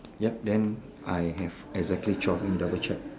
yup then I have exactly twelve let me double check